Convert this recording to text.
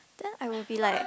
then I will be like